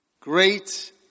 great